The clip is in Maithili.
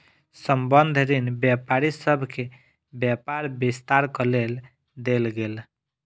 संबंद्ध ऋण व्यापारी सभ के व्यापार विस्तारक लेल देल गेल